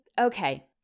okay